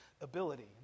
ability